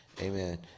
amen